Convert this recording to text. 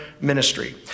ministry